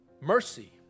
mercy